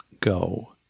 go